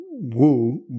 Woo